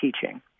teaching